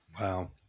Wow